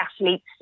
athletes